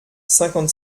cinquante